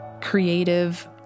creative